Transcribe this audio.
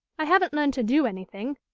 i haven't learnt to do anything,